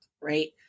right